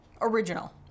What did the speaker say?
Original